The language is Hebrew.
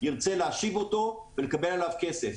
ירצה להשיב אותו ולקבל עליו כסף.